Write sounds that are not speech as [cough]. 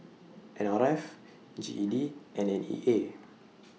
N R F G E D and N E A [noise]